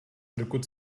dokud